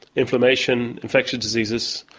inflammation, infectious diseases,